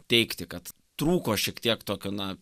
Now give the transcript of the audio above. teigti kad trūko šiek tiek tokio na